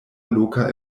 loka